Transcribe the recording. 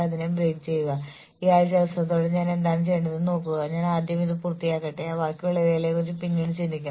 അവർ ചെയ്യുന്ന ജോലിയിൽ അവരെ വ്യാപൃതരാക്കാൻ പ്രചോദനവും സാമ്പത്തികേതര പ്രോത്സാഹനങ്ങളും ഉപയോഗിക്കുക